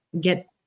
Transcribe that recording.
get